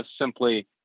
simply